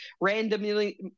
randomly